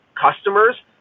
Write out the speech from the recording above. customers